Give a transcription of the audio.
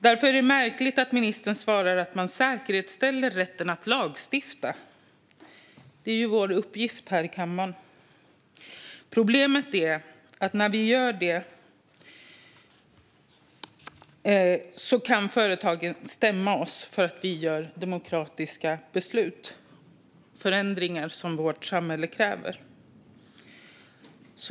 Därför är det märkligt att ministern svarar att man säkerställer rätten att lagstifta. Det är ju vår uppgift här i kammaren. Problemet är att när vi gör det kan företagen stämma oss för att vi fattar demokratiska beslut om förändringar som vårt samhälle kräver.